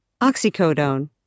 oxycodone